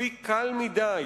אפיק קל מדי,